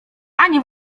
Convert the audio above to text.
ani